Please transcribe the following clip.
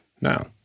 Now